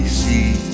see